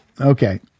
Okay